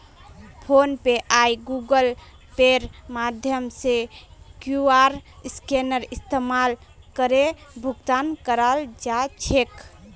phone पे या Google पेर माध्यम से क्यूआर स्कैनेर इस्तमाल करे भुगतान कराल जा छेक